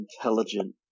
intelligent